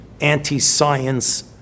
anti-science